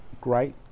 great